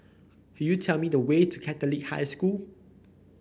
could you tell me the way to Catholic High School